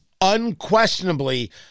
Unquestionably